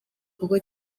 kuko